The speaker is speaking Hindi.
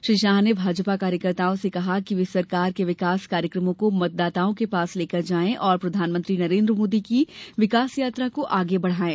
श्री शाह ने भाजपा कार्यकर्ताओं से कहा कि वे सरकार के विकास कार्यक्रमों को मतदाताओं के पास लेकर जाएं और प्रधानमंत्री नरेन्द्र मोदी की विकास यात्रा को आगे बढ़ाएं